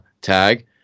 tag –